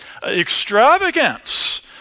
extravagance